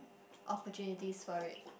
opportunities for it